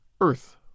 earth